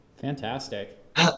Fantastic